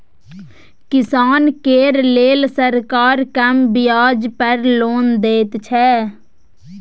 किसान केर लेल सरकार कम ब्याज पर लोन दैत छै